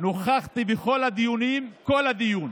נכחתי בכל הדיונים כל הדיון